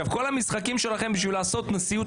כל המשחקים שלכם הם בשביל לעשות נשיאות